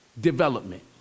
development